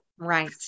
Right